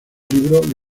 libro